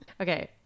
Okay